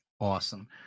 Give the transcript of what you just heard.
awesome